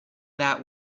that